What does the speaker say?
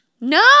No